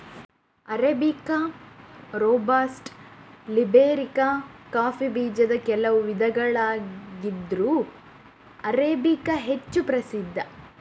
arabica, robusta, liberica coffee ಬೀಜದ ಕೆಲವು ವಿಧಗಳಾಗಿದ್ರೂ ಅರೇಬಿಕಾ ಹೆಚ್ಚು ಪ್ರಸಿದ್ಧ